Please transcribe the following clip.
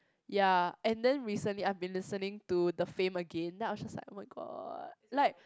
ya and then recently I've been listening to the the Fame again then I'm just like oh-my-god like